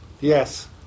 Yes